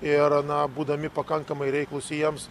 ir na būdami pakankamai reiklūs jiems